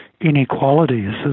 inequalities